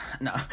No